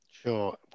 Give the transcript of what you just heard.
Sure